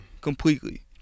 completely